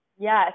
Yes